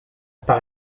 pas